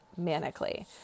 manically